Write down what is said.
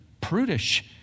prudish